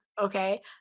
Okay